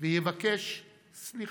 ויבקש סליחה.